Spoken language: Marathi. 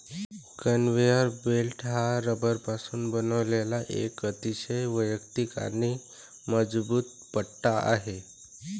कन्व्हेयर बेल्ट हा रबरापासून बनवलेला एक अतिशय वैयक्तिक आणि मजबूत पट्टा आहे